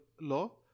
law